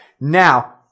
Now